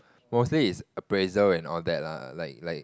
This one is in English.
mostly is appraisal and all that lah like like